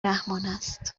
رحمانست